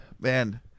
Man